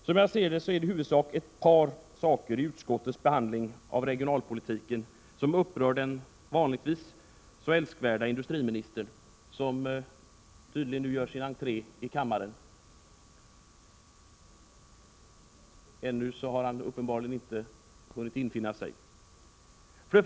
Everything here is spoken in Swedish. Som jag ser det är det i huvudsak ett par saker i utskottets behandling av regionalpolitiken som upprör den vanligtvis så älskvärda industriministern, som tydligen ännu inte hunnit infinna sig i kammaren.